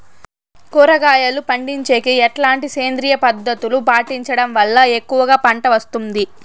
కూరగాయలు పండించేకి ఎట్లాంటి సేంద్రియ పద్ధతులు పాటించడం వల్ల ఎక్కువగా పంట వస్తుంది?